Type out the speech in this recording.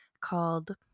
called